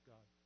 God